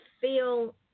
feel